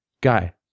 guy